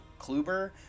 kluber